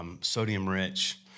sodium-rich